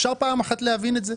אפשר פעם אחת להבין את זה?